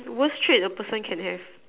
worst trip a person can have